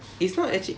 it's not actually